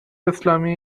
اسلامی